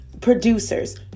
Producers